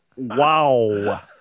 Wow